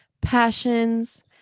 passions